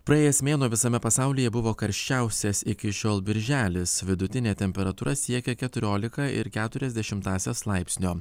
praėjęs mėnuo visame pasaulyje buvo karščiausias iki šiol birželis vidutinė temperatūra siekė keturiolika ir keturias dešimtąsias laipsnio